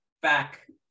back